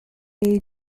age